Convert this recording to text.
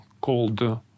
called